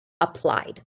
applied